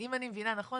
אם אני מבינה נכון,